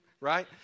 right